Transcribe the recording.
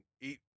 eat